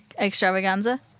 extravaganza